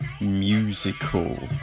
Musical